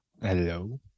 Hello